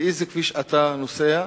לאן אתה נוסע